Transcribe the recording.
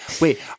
wait